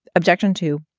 objection to